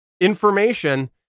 information